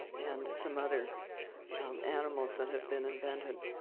and some other animals that have been invented.